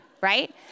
right